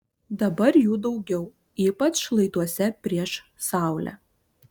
dabar jų daugiau ypač šlaituose prieš saulę